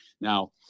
now